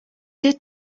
did